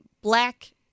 black